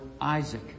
Isaac